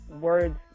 words